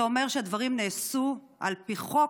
אתה אומר שהדברים נעשו על פי חוק,